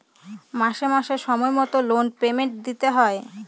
মাসে মাসে সময় মতো লোন পেমেন্ট দিতে হয়